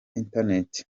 internet